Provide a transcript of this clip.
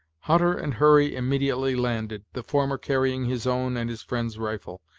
hutter and hurry immediately landed, the former carrying his own and his friend's rifle,